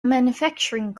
manufacturing